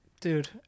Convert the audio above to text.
Dude